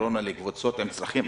לקורונה לקבוצות עם צרכים מיוחדים,